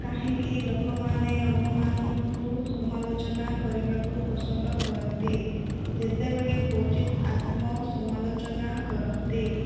କାହିଁକି ଲୋକମାନେ ଅନ୍ୟମାନଙ୍କୁ ସମାଲୋଚନା କରିବାକୁ ପସନ୍ଦ କରନ୍ତି ଯେତେବେଳେ କ୍ୱଚିତ୍ ଆତ୍ମ ସମାଲୋଚନା କରନ୍ତି